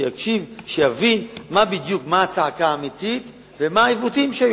שיבין מה הצעקה האמיתית ומה היו העיוותים.